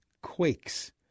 quakes